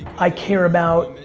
i care about,